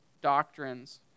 doctrines